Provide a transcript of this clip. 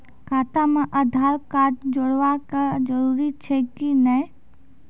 खाता म आधार कार्ड जोड़वा के जरूरी छै कि नैय?